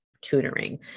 tutoring